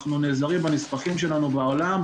אנחנו נעזרים בנספחים שלנו בעולם,